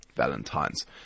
Valentine's